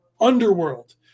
underworld